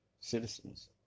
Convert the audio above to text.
citizens